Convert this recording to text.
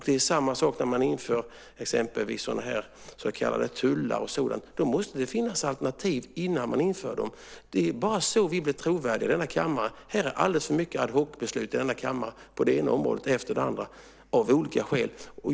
Det är samma sak vid införandet av tullar och sådant. Det måste finnas alternativ innan de införs. Det är bara så vi i denna kammare blir trovärdiga. Det är alldeles för mycket ad hoc-beslut i denna kammare på det ena området efter det andra av olika skäl.